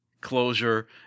closure